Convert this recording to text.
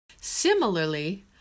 Similarly